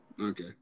okay